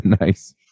Nice